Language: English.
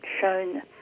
shown